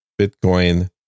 bitcoin